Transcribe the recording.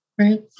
Right